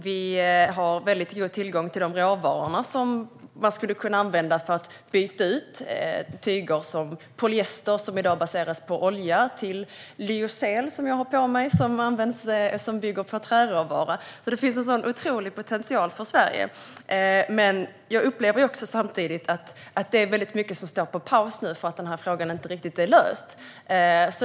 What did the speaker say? Vi har god tillgång till de råvaror som man skulle kunna använda för att byta ut tyger som polyester, som baseras på olja, till lyocell, som jag har på mig, som bygger på träråvara. Det finns alltså en otrolig potential för Sverige, men jag upplever samtidigt att mycket står på paus nu eftersom denna fråga inte riktigt är löst.